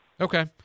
Okay